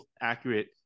accurate